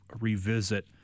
revisit